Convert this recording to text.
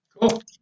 Cool